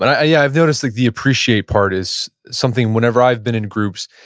but yeah i've noticed like the appreciate part is something, whenever i've been in groups,